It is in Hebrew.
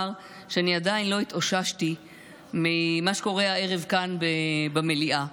שאני עדיין לא התאוששתי ממה שקורה כאן הערב במליאה.